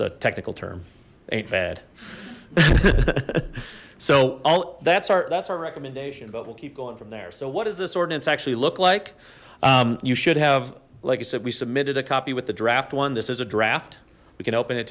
the technical term ain't bad so all that's our that's our recommendation but we'll keep going from there so what does this ordinance actually look like you should have like i said we submitted a copy with the draft one this is a draft we can open it